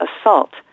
assault